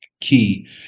key